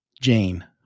Jane